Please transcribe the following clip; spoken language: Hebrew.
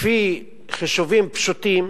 לפי חישובים פשוטים,